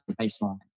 baseline